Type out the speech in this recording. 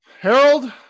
Harold